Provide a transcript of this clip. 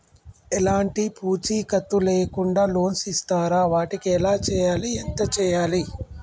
ఎలాంటి పూచీకత్తు లేకుండా లోన్స్ ఇస్తారా వాటికి ఎలా చేయాలి ఎంత చేయాలి?